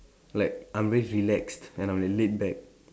like I'm really relaxed and I'm laid back